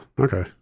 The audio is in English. okay